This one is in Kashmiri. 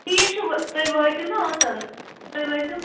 ٹھیٖک چھُ ؤ تُہۍ وٲتِو نا اتیٚن تُہۍ وٲتِو